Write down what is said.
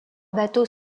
bateaux